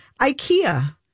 Ikea